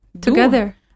Together